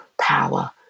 power